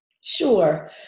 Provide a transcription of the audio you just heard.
Sure